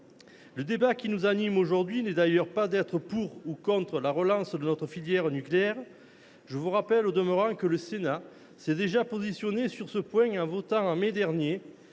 Le débat qui nous anime aujourd’hui n’est d’ailleurs pas d’être pour ou contre la relance de notre filière nucléaire. Je le rappelle, le Sénat s’est déjà positionné sur ce point en votant en mai dernier,